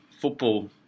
football